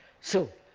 so,